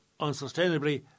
unsustainably